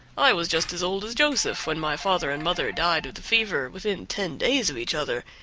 i was just as old as joseph when my father and mother died of the fever within ten days of each other,